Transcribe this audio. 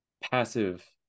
passive